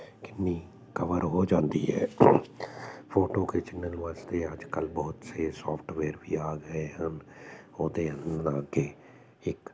ਕਿੰਨੀ ਕਵਰ ਹੋ ਜਾਂਦੀ ਹੈ ਫੋਟੋ ਖਿੱਚਣ ਵਾਸਤੇ ਅੱਜ ਕੱਲ੍ਹ ਬਹੁਤ ਸੇ ਸੋਫਟਵੇਅਰ ਵੀ ਆ ਗਏ ਹਨ ਉਹ ਤਾਂ ਲਾਗੇ ਇੱਕ